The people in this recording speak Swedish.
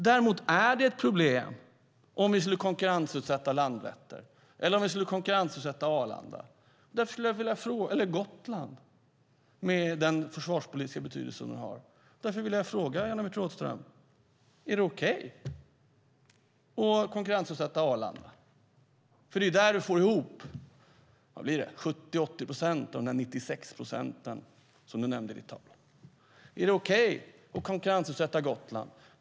Däremot skulle det vara ett problem om vi skulle konkurrensutsätta Lantvetter, Arlanda eller Gotlands flygplats, med den försvarspolitiska betydelse de har. Därför vill jag fråga Jan-Evert Rådhström: Är det okej att konkurrensutsätta Arlanda? Det är väl där du får ihop 70-80 procent av de 96 procent som du nämnde. Är det okej att konkurrensutsätta Gotlands flygplats?